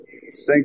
Thanks